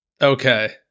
Okay